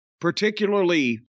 Particularly